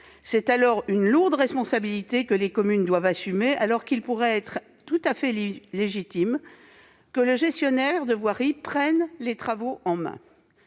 C'est alors une lourde responsabilité que les communes doivent assumer, alors qu'il pourrait être tout à fait légitime que le gestionnaire de voirie prenne les travaux en main.